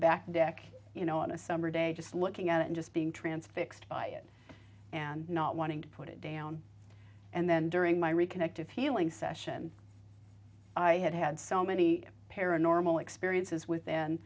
back deck you know on a summer day just looking out and just being transfixed by it and not wanting to put it down and then during my reconnected feeling session i had had so many paranormal experiences with